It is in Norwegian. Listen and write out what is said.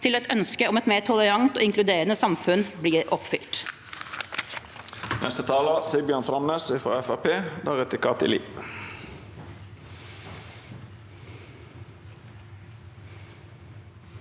til at ønsket om et mer tolerant og inkluderende samfunn blir oppfylt.